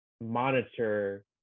monitor